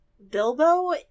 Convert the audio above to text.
Bilbo